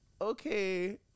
Okay